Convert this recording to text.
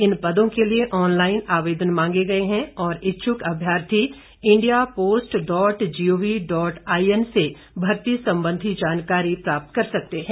इन पदों के लिए ऑनलाईन आवेदन मांगे गए हैं और इच्छुक अभ्यार्थी India post dot GOV dot I N से भर्ती संबंधी जानकारी प्राप्त कर सकते हैं